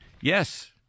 Yes